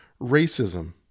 racism